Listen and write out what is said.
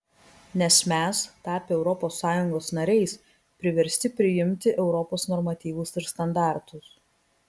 nes mes tapę europos sąjungos nariais priversti priimti europos normatyvus ir standartus